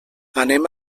anem